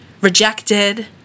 rejected